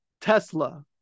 Tesla